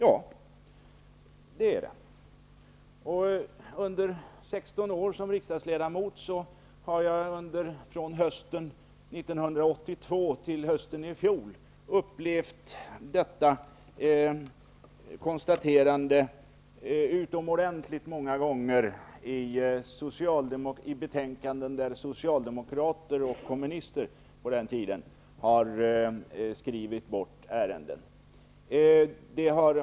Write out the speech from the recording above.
Under mina 16 år som riksdagsledamot har jag från hösten 1982 till i fjol höst upplevt många gånger i betänkanden där socialdemokrater och kommunister, som det ju hette på den tiden, så att säga skrivit bort ärenden.